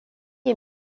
est